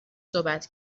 صحبت